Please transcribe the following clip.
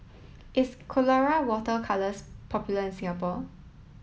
is Colora water colours popular in Singapore